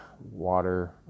water